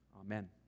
Amen